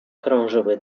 krążyły